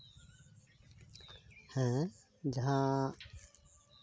ᱦᱮᱸ ᱡᱟᱦᱟᱸ